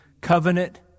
covenant